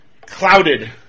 clouded